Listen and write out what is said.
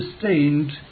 sustained